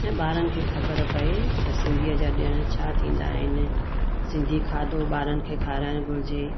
ऐं ॿारनि खे ख़बर पए त सिंधीअ जा ॾिण छा थींदा आहिनि सिंधी खाधो ॿारनि खे खाराइण घुरिजे